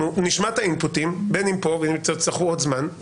אנחנו נשמע את האינפוטים, ואם תצטרכו עוד זמן.